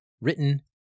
written